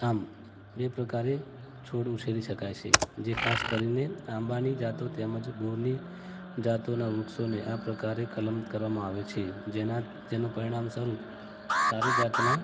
આમ બે પ્રકારે છોડ ઉછેરી શકાય છે જે ખાસ કરીને આંબાની જાતો તેમજ બોરની જાતોનાં વૃક્ષોને આ પ્રકારે કલમ કરવામાં આવે છે જેના જેનું પરિણામ સ્વરૂપ સારી જાતના